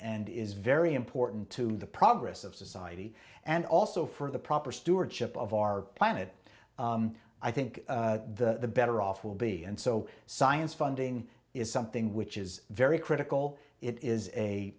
and is very important to the progress of society and also for the proper stewardship of our planet i think the better off will be and so science funding is something which is very critical it is a